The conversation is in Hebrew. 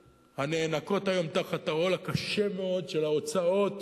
הנאנקות היום תחת העול הקשה מאוד של ההוצאות